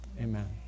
amen